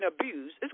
abused